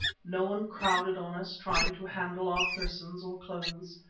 no one crowded on us, trying to handle our persons or clothes.